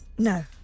No